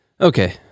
Okay